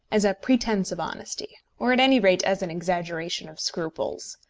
as a pretence of honesty, or at any rate as an exaggeration of scruples.